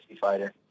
fighter